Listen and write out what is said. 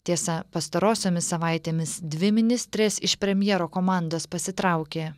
tiesa pastarosiomis savaitėmis dvi ministrės iš premjero komandos pasitraukė